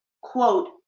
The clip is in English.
quote